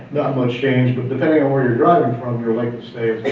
not much changed but depending on where you're driving from your length of stay